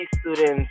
students